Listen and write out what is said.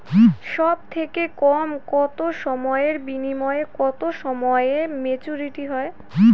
সবথেকে কম কতো সময়ের বিনিয়োগে কতো সময়ে মেচুরিটি হয়?